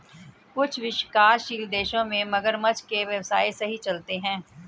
कुछ विकासशील देशों में मगरमच्छ के व्यवसाय सही चलते हैं